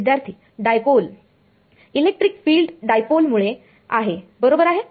विद्यार्थी dipole electric field डायपोलमुळे आहे बरोबर आहे